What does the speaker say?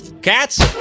Cats